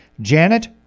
Janet